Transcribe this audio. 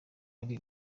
ari